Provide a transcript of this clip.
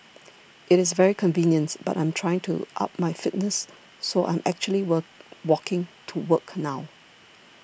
it is very convenient but I'm trying to up my fitness so I'm actually walk walking to work now